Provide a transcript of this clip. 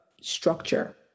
structure